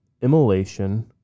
immolation